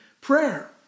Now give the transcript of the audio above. prayer